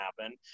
happen